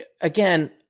again